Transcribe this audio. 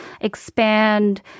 expand